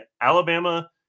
Alabama